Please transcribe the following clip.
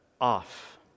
off